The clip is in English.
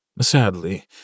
Sadly